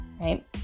right